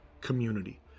community